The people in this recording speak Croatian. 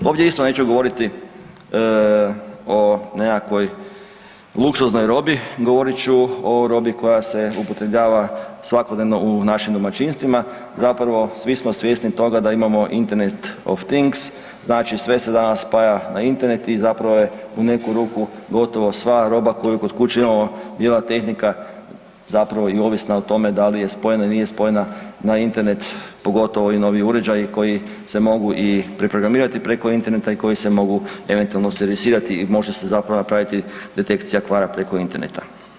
Ovdje isto neću govoriti o nekakvoj luksuznoj robi, govorit ću o robi koja se upotrebljava svakodnevno u našim domaćinstvima, zapravo svi smo svjesni toga da imamo Internet of things, znači sve se danas spaja na Internet i zapravo je u neku ruku gotovo sva roba koju kod kuće imamo bijela tehnika zapravo i ovisna o tome da li je spojena ili nije spojena na Internet, pogotovo ovi novi uređaji koji se mogu i preprogramirati preko interneta i koji se mogu eventualno servisirati i može se zapravo napraviti detekcija kvara preko interneta.